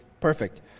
perfect